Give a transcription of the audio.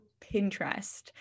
Pinterest